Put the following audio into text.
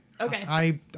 Okay